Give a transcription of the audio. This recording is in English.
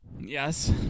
Yes